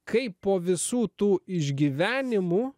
kaip po visų tų išgyvenimų